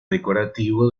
decorativo